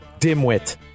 dimwit